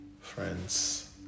friends